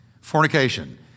fornication